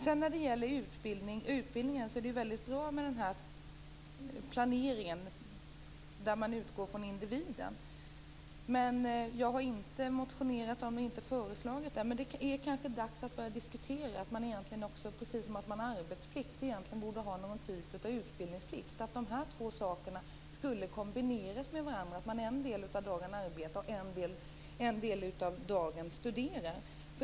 Det är mycket bra med den här planeringen av utbildningen där man utgår från individen. Jag har inte motionerat om det och inte föreslagit det, men det är kanske dags att börja diskutera att man egentligen också borde ha någon typ av utbildningsplikt, precis som man har arbetsplikt. Dessa två saker skulle kanske kombineras med varandra. En del av dagen skulle man kunna arbeta och en del av dagen skulle man studera.